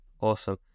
Awesome